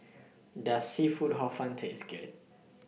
Does Seafood Hor Fun Taste Good